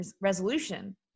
resolution